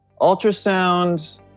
ultrasound